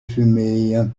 fumée